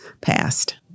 passed